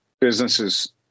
businesses